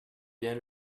bien